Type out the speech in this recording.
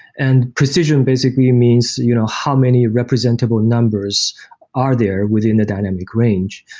and precision basically means you know how many representable numbers are there within the dynamic range.